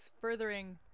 furthering